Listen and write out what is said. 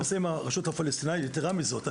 הנושא עם הרשות הפלסטינאית יתרה מזאת,